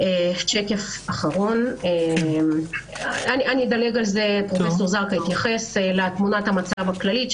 פרופ' זרקא התייחס לתמונת המצב הכללית,